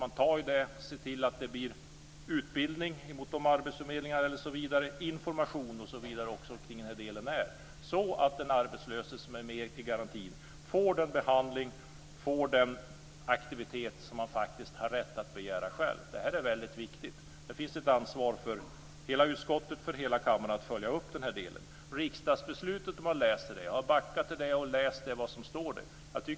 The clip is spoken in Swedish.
Man måste se till att det blir utbildning på arbetsförmedlingar och information kring den här delen så att den arbetslöse som är med i garantin får den behandling och den aktivitet som den arbetslöse har rätt att själv begära. Det är väldigt viktigt. Det finns ett ansvar för hela utskottet och för hela kammaren att följa upp den delen. Jag har backat och läst vad som står i riksdagsbeslutet.